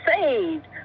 saved